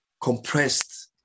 compressed